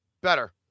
Better